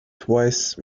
twice